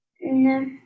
No